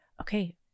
okay